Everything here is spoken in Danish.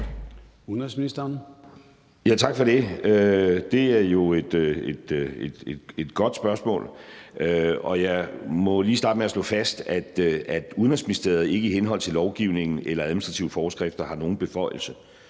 Rasmussen): Tak for det. Det er jo et godt spørgsmål. Jeg må lige starte med at slå fast, at Udenrigsministeriet hverken i henhold til lovgivningen eller administrative forskrifter har nogle beføjelser